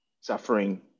suffering